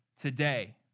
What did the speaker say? today